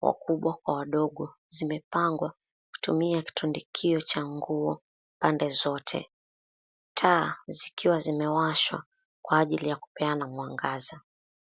wakubwa kwa wadogo zimepangwa kutumia kutundikio cha nguo pande zote. Taa zikiwa zimewashwa kwa ajili ya kupeana mwangaza.